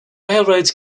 railroads